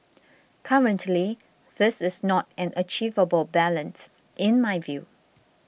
currently this is not an achievable balance in my view